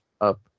up